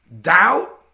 doubt